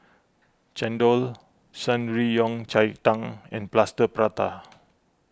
Chendol Shan Rui Yao Cai Tang and Plaster Prata